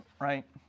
right